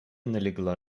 налегла